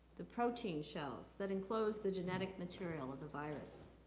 the protein shells that enclose the genetic material of the virus.